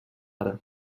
mare